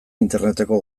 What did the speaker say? interneteko